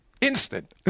instant